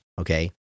okay